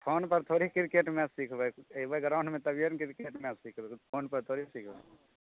phone पर थोड़े हि क्रिकेट मैच सिखबै एबै ग्राउंडमे तभियै ने क्रिकेट मैच सिखबै फोन पर थोड़े ने सिखबै